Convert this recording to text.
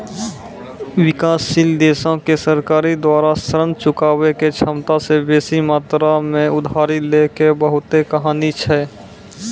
विकासशील देशो के सरकार द्वारा ऋण चुकाबै के क्षमता से बेसी मात्रा मे उधारी लै के बहुते कहानी छै